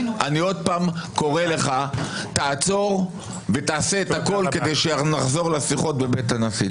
אני עוד פעם קורא לך: תעצור ותעשה הכול כדי שנחזור לשיחות בבית הנשיא.